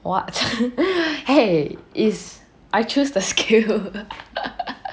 what !hey! is I choose the scale